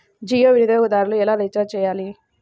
జియో వినియోగదారులు ఎలా రీఛార్జ్ చేయాలి?